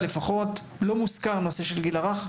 ולא מוזכר שם נושא הגיל הרך,